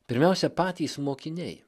pirmiausia patys mokiniai